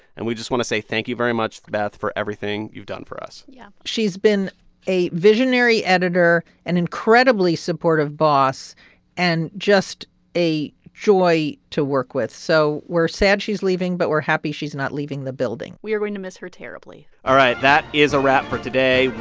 and we just want to say, thank you very much, beth, for everything you've done for us yeah she's been a visionary editor, an incredibly supportive boss and just a joy to work with. so we're sad she's leaving, but we're happy she's not leaving the building we are going to miss her terribly all right. that is a wrap for today.